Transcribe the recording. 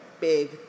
big